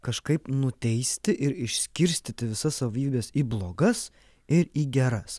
kažkaip nuteisti ir išskirstyti visas savybes į blogas ir į geras